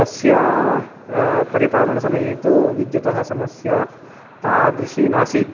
तस्य परिपालनसमये तु विद्युतः समस्या तादृशी नासीत्